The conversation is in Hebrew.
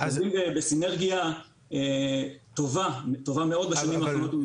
אנחנו עובדים בסינרגיה טובה מאוד בשנים האחרונות.